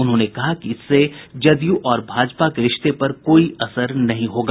उन्होंने कहा कि इससे जदयू और भाजपा के रिश्ते पर कोई असर नहीं पड़ेगा